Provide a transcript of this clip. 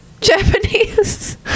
Japanese